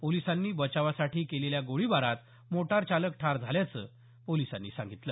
पोलिसांनी बचावासाठी केलेल्या गोळीबारात मोटार चालक ठार झाल्याचं पोलिसांनी सांगितलं